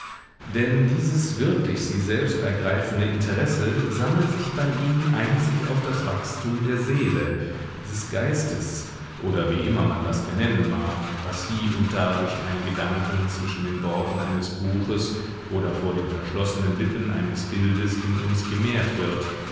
denn dieses wirklich sie selbst ergreifende interesse sammelt sich bei ihnen einzig auf das wachstum der seele des geistes oder wie immer man das benennen mag was hie und da durch einen gedanken zwischen den worten eines buches oder vor den verschlossenen lippen eines bildes in uns gemehrt wird